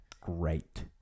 Great